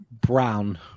Brown